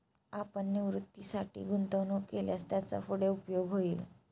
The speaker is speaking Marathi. आपण निवृत्तीसाठी गुंतवणूक केल्यास त्याचा पुढे उपयोग होईल